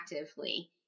actively